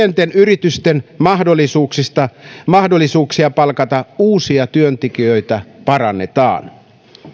pienten yritysten mahdollisuuksia mahdollisuuksia palkata uusia työntekijöitä parannetaan